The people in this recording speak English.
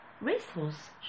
racehorse